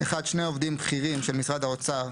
(1) שני עובדים בכירים של משרד האוצר,